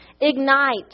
Ignite